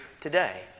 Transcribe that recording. today